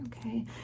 okay